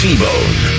T-Bone